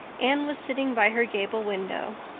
anne was sitting by her gable window.